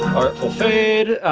artful fade!